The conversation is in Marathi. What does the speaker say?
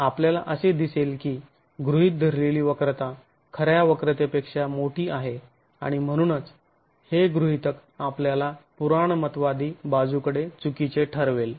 आपल्याला असे दिसेल की गृहीत धरलेली वक्रता खऱ्या वक्रतेपेक्षा मोठी आहे आणि म्हणूनच हे गृहीतक आपल्याला पुराणमतवादी बाजूकडे चुकीचे ठरवेल